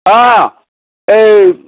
অ' এই